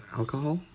alcohol